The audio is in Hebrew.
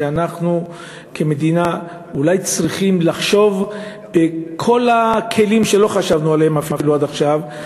שאנחנו כמדינה אולי צריכים לחשוב בכל הכלים שלא חשבנו עליהם עד עכשיו,